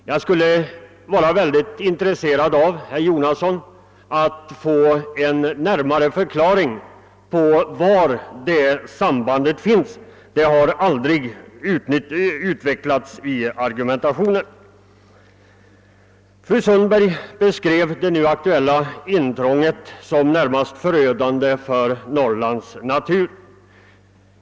Jag skulle vara mycket intresserad av att få en närmare förklaring om var det sambandet finns, herr Jonasson. Den saken har aldrig utvecklats i argumentationen. Fru Sundberg beskrev det nu aktuella intrånget som närmast förödande för Norrlands natur.